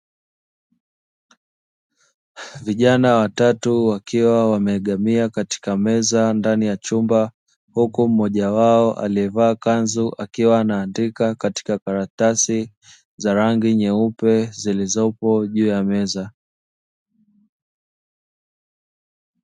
Vijana watatu wakiwa wameegamia katika meza ndani ya chumba, huku mmoja wao alievaa kanzu, akiwa anaandika katika karatasi za rangi nyeupe zilizopo juu ya meza.